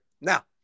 Now